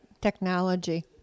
technology